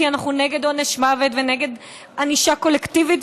כי אנחנו נגד עונש מוות ונגד ענישה קולקטיבית,